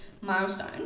milestone